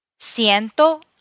siento